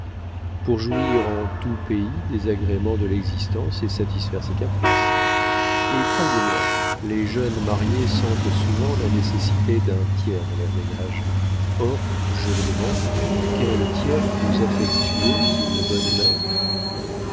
pour jouir en tout pays des agréments de l'existence et satisfaire ses caprices et croyez-moi les jeunes mariés sentent souvent la nécessité d'un tiers dans leur ménage or je le demande quel tiers plus affectueux qu'une bonne mère